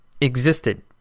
existed